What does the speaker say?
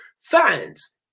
fans